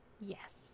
Yes